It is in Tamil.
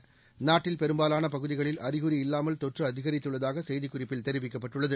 இது நாட்டில் பெரும்பாலாள பகுதிகளில் அறிகுறி இல்லாமல் தொற்று அதிகரித்துள்ளதாக செய்திக் குறிப்பில் தெரிவிக்கப்பட்டுள்ளது